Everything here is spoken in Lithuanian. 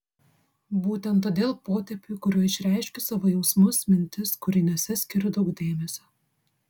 būtent todėl potėpiui kuriuo išreiškiu savo jausmus mintis kūriniuose skiriu daug dėmesio